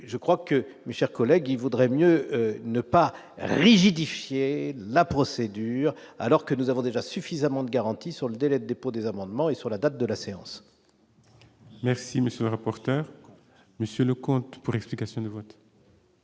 je crois que mais, chers collègues, il vaudrait mieux ne pas rigidifier la procédure alors que nous avons déjà suffisamment de garanties sur le délai, dépôt des amendements et sur la date de la séance. Merci, monsieur le rapporteur monsieur Leconte pour l'explication de vote.